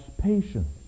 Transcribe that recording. patience